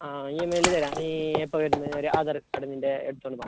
ആ ഇ എം ഐയിൽ തെരാ നീ എപ്പോൾ വരുന്ന് ഒരു ആധാർ കാർഡ് നിൻ്റെ എടുത്തോണ്ട് വാ